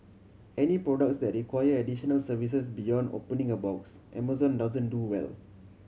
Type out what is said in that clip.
any products that require additional services beyond opening a box Amazon doesn't do well